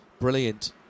brilliant